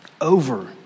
over